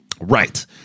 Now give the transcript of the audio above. right